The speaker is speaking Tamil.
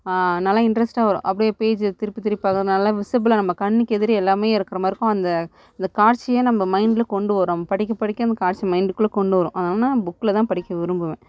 நல்லா இன்ட்ரெஸ்ட்டாக வரும் அப்படியே பேஜை திருப்பி திருப்பி பார்க்குறதுனால விசிபிளாக நம்ம கண்ணுக்கு எதிரே எல்லாமே இருக்கிற மாதிரி இருக்கும் அந்த அந்த காட்சியை நம்ம மைண்ட்டில் கொண்டு வரும் படிக்க படிக்க அந்த காட்சி மைண்டுக்குள்ளே கொண்டு வரும் அதனால நான் புக்கில்தான் படிக்க விரும்புவேன்